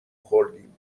خوردیم